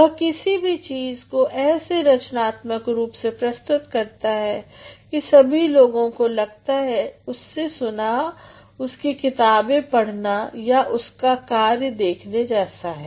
वह किसी भी चीज़ को ऐसे रचनात्मक रूप से प्रस्तुत करता है कि सभी लोगों को लगता है कि उसे सुनना उसकी किताबें पढ़ना या उसके कार्य देखने जैसा है